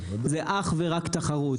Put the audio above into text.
זה אך ורק תחרות.